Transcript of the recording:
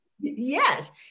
Yes